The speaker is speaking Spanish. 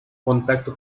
contacto